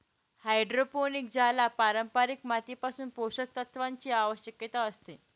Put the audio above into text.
hydroponic ज्याला पारंपारिक मातीपासून पोषक तत्वांची आवश्यकता असते